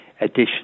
additional